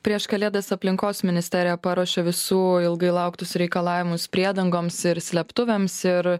prieš kalėdas aplinkos ministerija paruošė visų ilgai lauktus reikalavimus priedangoms ir slėptuvėms ir